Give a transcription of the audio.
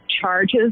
charges